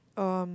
um